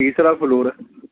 تیسرا فلور ہے